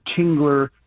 Tingler